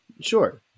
Sure